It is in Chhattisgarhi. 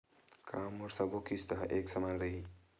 का मोर सबो किस्त ह एक समान रहि?